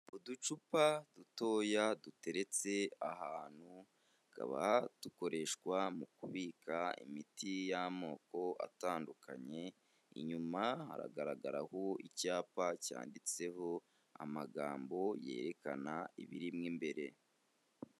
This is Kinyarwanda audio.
Uducupa dutoya duteretse ahantu tukaba dukoreshwa mu kubika imiti y'amoko atandukanye, inyuma haragaragaraho icyapa cyanditseho amagambo yerekana ibirimo imbere.